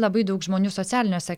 labai daug žmonių socialiniuose